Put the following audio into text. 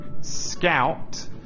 Scout